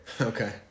Okay